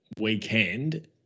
weekend